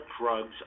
drugs